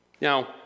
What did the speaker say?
Now